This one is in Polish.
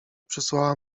przysłała